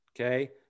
okay